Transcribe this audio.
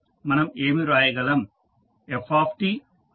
మనం ఏమి వ్రాయగలం